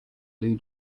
blue